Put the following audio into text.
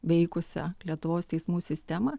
veikusią lietuvos teismų sistemą